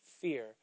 fear